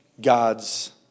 God's